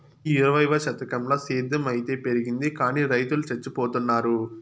ఈ ఇరవైవ శతకంల సేద్ధం అయితే పెరిగింది గానీ రైతులు చచ్చిపోతున్నారు